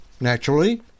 Naturally